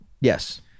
Yes